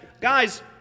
guys